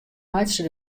meitsje